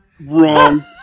Wrong